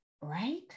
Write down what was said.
Right